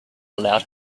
allowed